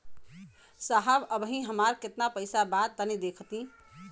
साहब अबहीं हमार कितना पइसा बा तनि देखति?